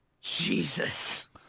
Jesus